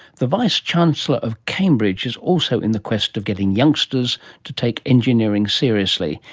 the vice-chancellor of cambridge is also in the quest of getting youngsters to take engineering seriously,